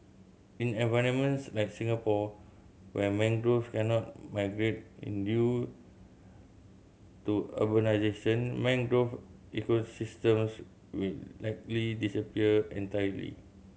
in environments like Singapore where mangroves cannot migrate in due to urbanisation mangrove ecosystems will likely disappear entirely